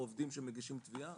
או עובדים שמגישים תביעה,